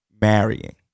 marrying